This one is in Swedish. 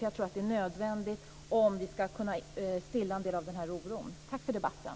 Jag tror att det är nödvändigt om vi ska kunna stilla en del av denna oro. Tack för debatten!